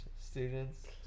students